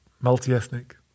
multi-ethnic